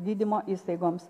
gydymo įstaigoms